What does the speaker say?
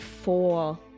four